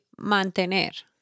mantener